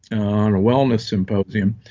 on a wellness symposium,